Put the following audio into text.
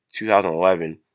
2011